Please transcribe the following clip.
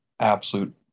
absolute